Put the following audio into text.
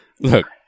Look